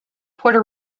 puerto